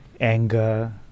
anger